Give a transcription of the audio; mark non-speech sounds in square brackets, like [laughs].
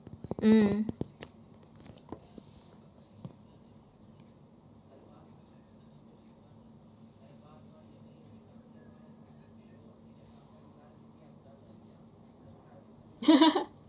mm [laughs]